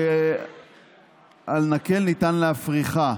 שבנקל ניתן להפריכה